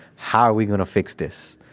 how are we gonna fix this?